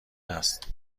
است